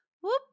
whoop